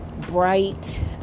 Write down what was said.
bright